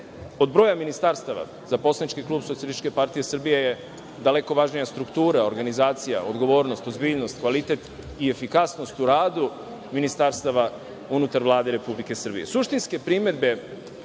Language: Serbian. od broja ministarstva, za poslanički klub SPS, daleko važnija struktura, organizacija, odgovornost, ozbiljnost, kvalitet i efikasnost u radu ministarstava unutar Vlade Republike